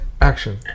action